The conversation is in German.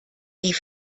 die